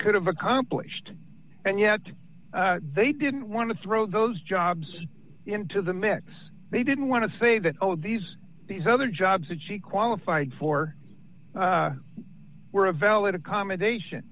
could have accomplished and yet they didn't want to throw those jobs into the mix they didn't want to say that oh these these other jobs that she qualified for were a valid accommodation